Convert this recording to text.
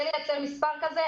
קשה לומר מספר כזה.